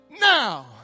now